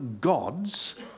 gods